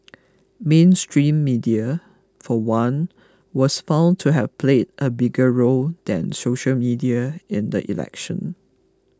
mainstream media for one was found to have played a bigger role than social media in the election